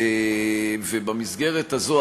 במסגרת הזו,